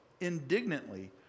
indignantly